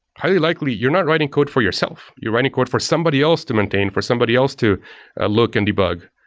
highly likely, you're not writing code for yourself. you're writing code for somebody else to maintain, for somebody else to look and debug.